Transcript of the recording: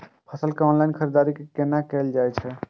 फसल के ऑनलाइन खरीददारी केना कायल जाय छै?